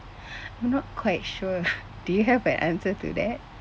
I'm not quite sure do you have an answer to that